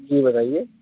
جی بتائیے